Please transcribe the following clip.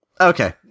okay